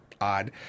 odd